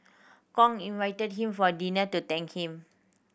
Kong invited him for dinner to thank him